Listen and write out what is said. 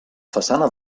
façana